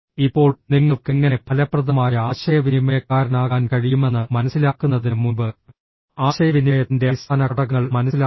ഇപ്പോൾ നിങ്ങൾക്ക് എങ്ങനെ ഫലപ്രദമായ ആശയവിനിമയക്കാരനാകാൻ കഴിയുമെന്ന് മനസിലാക്കുന്നതിന് മുമ്പ് ആശയവിനിമയത്തിൻറെ അടിസ്ഥാന ഘടകങ്ങൾ മനസ്സിലാക്കുക